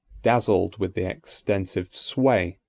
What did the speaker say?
dazzled with the extensive sway,